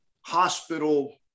hospital